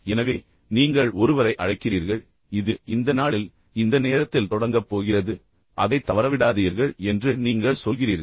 எனவே நீங்கள் ஒருவரை அழைக்கிறீர்கள் இது இந்த நாளில் இந்த நேரத்தில் தொடங்கப் போகிறது என்று நீங்கள் சொல்கிறீர்கள்